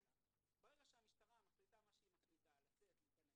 ברגע שהמשטרה מחליטה מה שהיא מחליטה לצאת או להיכנס,